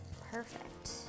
Perfect